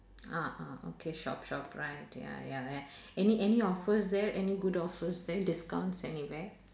ah ah okay shop shop right ya ya ya any any offers there any good offers there discounts anywhere